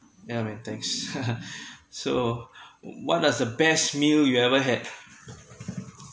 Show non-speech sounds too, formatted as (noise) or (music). yeah man thanks (laughs) so what does the best meal you ever had